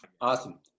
Awesome